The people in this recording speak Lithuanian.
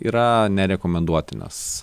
yra nerekomenduotinas